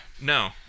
No